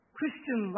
Christian